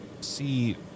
see